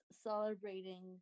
celebrating